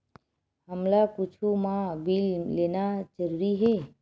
हमला कुछु मा बिल लेना जरूरी हे?